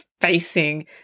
facing